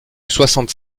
soixante